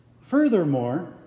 Furthermore